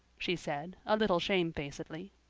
she said, a little shamefacedly.